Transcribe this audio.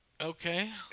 Okay